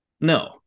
No